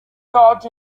got